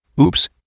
Oops